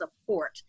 support